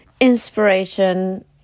inspiration